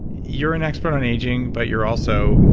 you're an expert on aging, but you're also,